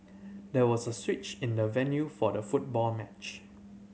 there was a switch in the venue for the football match